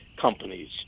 companies